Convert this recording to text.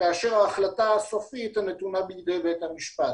כאשר ההחלטה הסופית נתונה בידי בית המשפט.